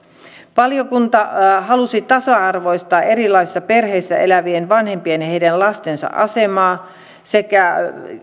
valiokunta halusi tasa arvoistaa erilaisissa perheissä elävien vanhempien ja heidän lastensa asemaa